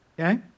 okay